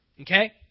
Okay